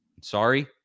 Sorry